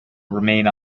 remain